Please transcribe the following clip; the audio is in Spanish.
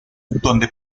donde